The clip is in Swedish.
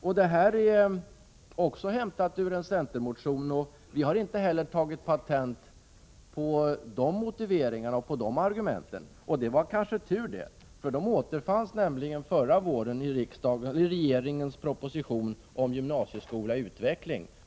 Detta är också hämtat ur en centermotion. Vi har inte heller tagit patent på de motiveringarna och argumenten, och det var kanske tur. De återfanns nämligen förra våren i regeringens proposition om gymnasieskola i utveckling.